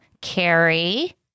Carrie